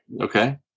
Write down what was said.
Okay